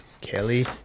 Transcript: Kelly